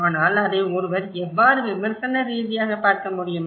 ஆனால் அதை ஒருவர் எவ்வாறு விமர்சன ரீதியாக பார்க்க முடியும்